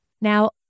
Now